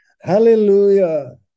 Hallelujah